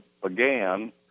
began